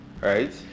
right